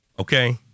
okay